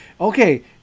okay